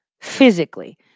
physically